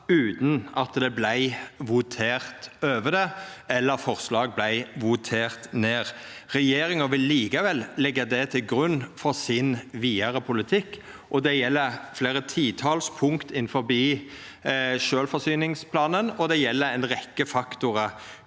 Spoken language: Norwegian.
utan at det vart votert over det eller forslag vart voterte ned. Regjeringa vil likevel leggja det til grunn for sin vidare politikk. Det gjeld fleire titals punkt innanfor sjølvforsyningsplanen, og det gjeld ei rekkje faktorar